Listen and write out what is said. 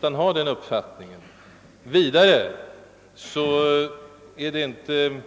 Därtill är det inte